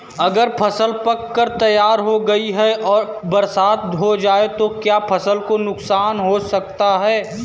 अगर फसल पक कर तैयार हो गई है और बरसात हो जाए तो क्या फसल को नुकसान हो सकता है?